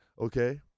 okay